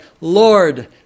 Lord